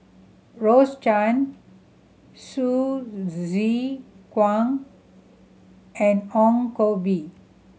Rose Chan Hsu Tse Kwang and Ong Koh Bee